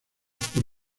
por